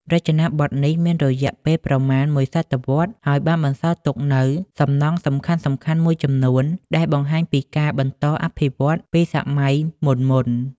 រចនាបថនេះមានរយៈពេលប្រមាណមួយសតវត្សរ៍ ហើយបានបន្សល់ទុកនូវសំណង់សំខាន់ៗមួយចំនួនដែលបង្ហាញពីការបន្តអភិវឌ្ឍន៍ពីសម័យមុនៗ។